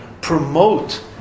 promote